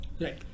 Right